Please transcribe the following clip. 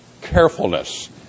carefulness